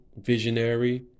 Visionary